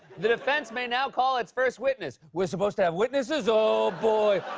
the defense may now call its first witness. we're supposed to have witnesses? oh, boy!